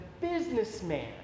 businessman